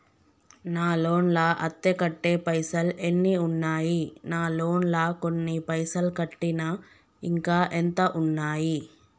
నా లోన్ లా అత్తే కట్టే పైసల్ ఎన్ని ఉన్నాయి నా లోన్ లా కొన్ని పైసల్ కట్టిన ఇంకా ఎంత ఉన్నాయి?